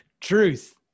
Truth